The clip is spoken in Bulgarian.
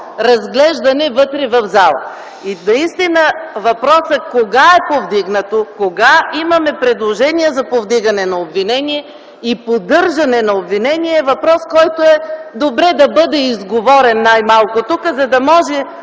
разглеждане вътре в залата. И наистина въпросът кога е повдигнато, кога имаме предложение за повдигане на обвинение и поддържане на обвинение е въпрос, който е добре да бъде изговорен най-малко тук, за да може,